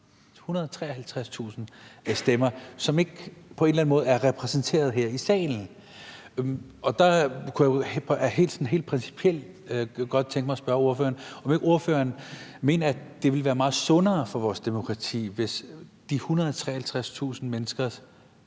eller anden måde ikke er repræsenteret her i salen. Der kunne jeg sådan helt principielt godt tænke mig at spørge ordføreren, om hun ikke mener, at det ville være meget sundere for vores demokrati, hvis de 153.000 mennesker